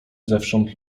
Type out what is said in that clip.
zewsząd